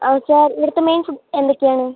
ആ സർ ഇവിടുത്തെ main food എന്തൊക്കെയാണ്